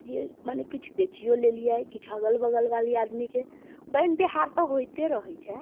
जे मने किछु बेचियो लेलियै किछु अगल बगलवाली आदमीके बेन तिहार तऽ होइते रहैत छै